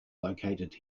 located